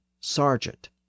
sergeant